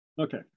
Okay